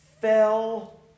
fell